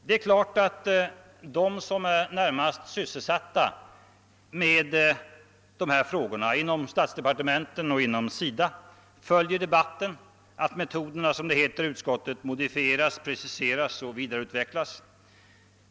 Det är klart att de som är närmast sysselsatta med dessa frågor inom statsdepartementen och inom SIDA följer debatten och att metoderna — som det heter i utskottsutlåtandet — modifieras, preciseras och vidareutvecklas.